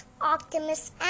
Optimus